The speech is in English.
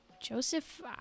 Joseph